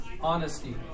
honesty